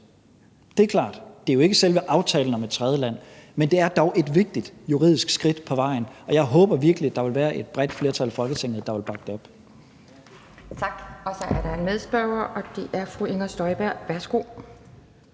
det er klart; det er jo ikke selve aftalen om et tredjeland. Men det er dog et vigtigt juridisk skridt på vejen, og jeg håber virkelig, at der vil være et bredt flertal i Folketinget, der vil bakke det op. Kl. 17:37 Anden næstformand (Pia Kjærsgaard): Tak. Så er der en medspørger, og det er fru Inger Støjberg. Værsgo.